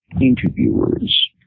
interviewers